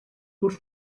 curs